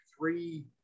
three